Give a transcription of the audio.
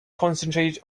concentrated